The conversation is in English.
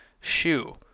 shoe